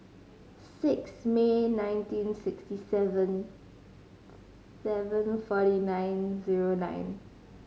six May nineteen sixty seven seven forty nine zero nine